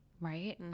right